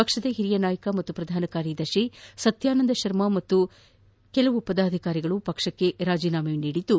ಪಕ್ಷದ ಹಿರಿಯ ನಾಯಕ ಹಾಗೂ ಪ್ರಧಾನ ಕಾರ್ಯದರ್ಶಿ ಸತ್ಲಾನಂದ ಶರ್ಮ ಹಾಗೂ ಕೆಲವು ಪದಾಧಿಕಾರಿಗಳು ಪಕ್ಷಕ್ಕೆ ರಾಜೀನಾಮೆ ನೀಡಿದ್ದು